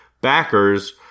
backers